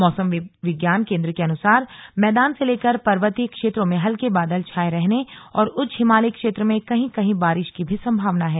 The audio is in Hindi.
मौसम विज्ञान केन्द्र के अनुसार मैदान से लेकर पर्वतीय क्षेत्रों में हल्के बादल छाये रहने और उच्च हिमालयी क्षेत्र में कहीं कहीं बारिश की भी संभावना है